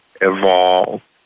evolve